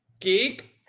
Geek